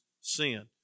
sin